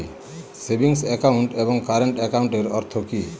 Savings account এবং current একাউন্টের অর্থ কি?